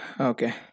Okay